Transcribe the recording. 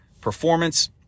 performance